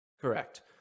Correct